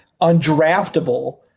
undraftable